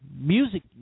music